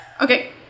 Okay